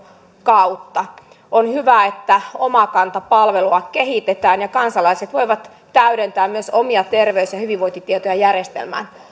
kautta on hyvä että omakanta palvelua kehitetään ja kansalaiset voivat täydentää myös omia terveys ja hyvinvointitietojaan järjestelmään